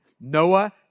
Noah